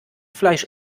fleisch